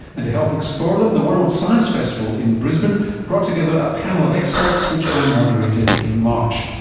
and to help explore them, the world science festival in brisbane brought together a panel of experts which i moderated in march.